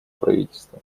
правительства